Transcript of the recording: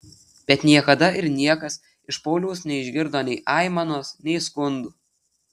bet niekada ir niekas iš pauliaus neišgirdo nei aimanos nei skundų